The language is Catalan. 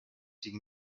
cinc